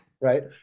Right